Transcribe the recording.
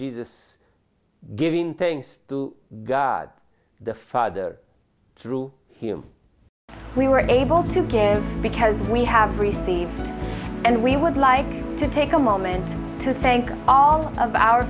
jesus giving thanks to god the father through him we were able to again because we have received and we would like to take a moment to thank all of our